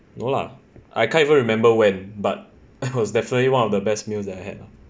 no lah I can't even remember when but it was definitely one of the best meals that I had lah